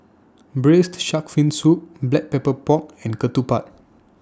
Braised Shark Fin Soup Black Pepper Pork and Ketupat